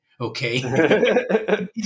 Okay